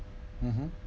mmhmm